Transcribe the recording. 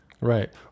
Right